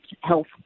health